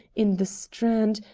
in the strand,